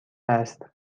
است